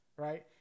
Right